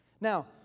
Now